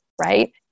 right